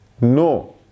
No